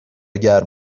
گرم